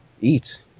eat